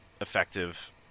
effective